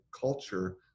culture